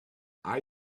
are